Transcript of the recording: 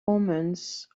omens